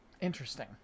Interesting